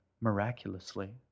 miraculously